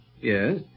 Yes